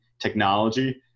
technology